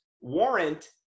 warrant